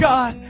God